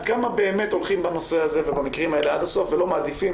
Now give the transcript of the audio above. כמה באמת הולכים במקרים האלה עד הסוף ולא מעדיפים,